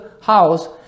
house